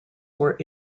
were